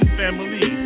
family